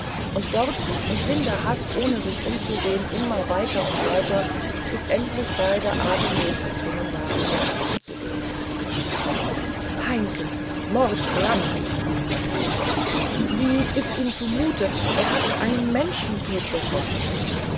und dort in blinder hast ohne sich umzusehen immer weiter und weiter bis endlich beide atemlos gezwungen waren langsam zu gehen heimken mordbrand rief herr von scharneck wie ist ihm zumute er hat einen menschen totgeschossen